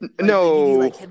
No